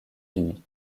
unis